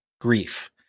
grief